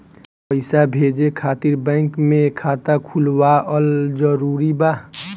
पईसा भेजे खातिर बैंक मे खाता खुलवाअल जरूरी बा?